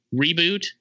reboot